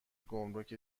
گمرک